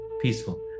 peaceful